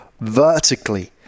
vertically